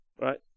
right